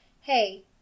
Hey